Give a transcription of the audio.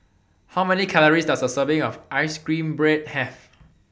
How Many Calories Does A Serving of Ice Cream Bread Have